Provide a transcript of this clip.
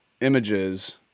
images